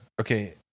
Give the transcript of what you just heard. Okay